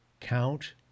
Count